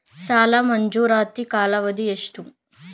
ಸಾಲ ಮಂಜೂರಾತಿ ಕಾಲಾವಧಿ ಎಷ್ಟು?